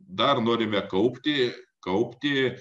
dar norime kaupti kaupti